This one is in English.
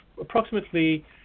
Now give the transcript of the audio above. approximately